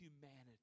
humanity